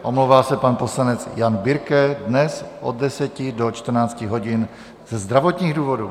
Omlouvá se pan poslanec Jan Birke dnes od 10 do 14 hodin ze zdravotních důvodů.